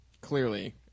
clearly